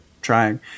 trying